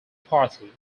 party